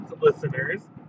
listeners